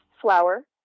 flour